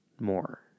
more